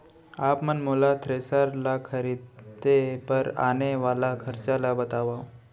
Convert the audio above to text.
आप मन मोला थ्रेसर ल खरीदे बर आने वाला खरचा ल बतावव?